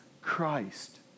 Christ